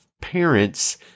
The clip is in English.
parents